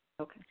Okay